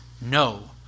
No